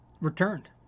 Returned